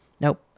Nope